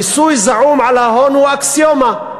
מיסוי זעום על ההון הוא אקסיומה.